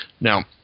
now